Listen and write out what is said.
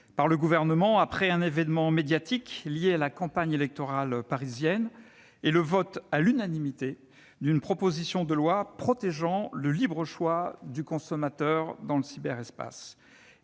par le Gouvernement, après un événement médiatique lié à la campagne électorale parisienne et le vote à l'unanimité d'une proposition de loi visant à garantir le libre choix du consommateur dans le cyberespace.